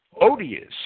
odious